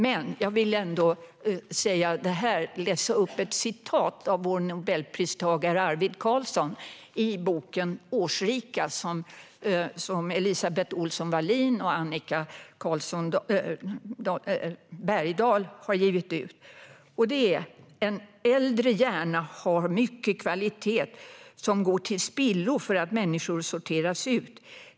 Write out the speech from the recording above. Men jag vill ändå läsa upp ett citat av vår Nobelpristagare Arvid Carlsson i boken Årsrika , som Elisabeth Ohlson Wallin och Annica Carlsson Bergdahl har givit ut: "En äldre hjärna har mycket kvalitet som går till spillo för att människor sorteras ut."